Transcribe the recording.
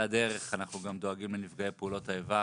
על הדרך אנחנו גם דואגים לנפגעי פעולות האיבה,